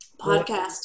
podcast